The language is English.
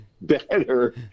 better